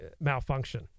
malfunction